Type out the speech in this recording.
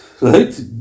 Right